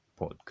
podcast